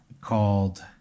called